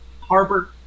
Harbor